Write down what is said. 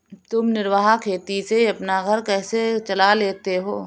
तुम निर्वाह खेती से अपना घर कैसे चला लेते हो?